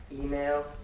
email